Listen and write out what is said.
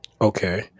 Okay